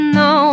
no